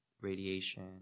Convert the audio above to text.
radiation